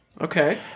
Okay